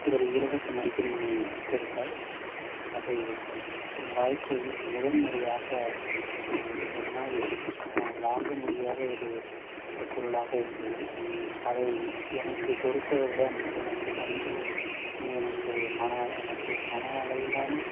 ஒரு இலவச மடிக்கணினிக் கொடுத்தார் அதை என் வாழ்க்கையில் முதன் முறையாக என் என்னால் வாங்க முடியாத ஒரு ஒரு பொருளாக இருந்தது அதை எனக்குக் கொடுத்தவுடன் எனக்குத் தந்த நீ எனக்கு மன எனக்கு மன அளவிலான